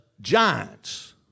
giants